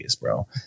bro